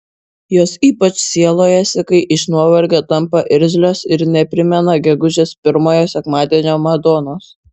jos ypač sielojasi kai iš nuovargio tampa irzlios ir neprimena gegužės pirmojo sekmadienio madonos